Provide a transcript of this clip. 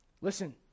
Listen